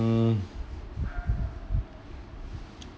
hmm